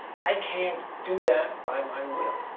i can't do that by my will.